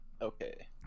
Okay